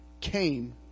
came